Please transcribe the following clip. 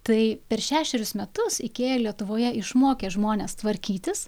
tai per šešerius metus ikea lietuvoje išmokė žmones tvarkytis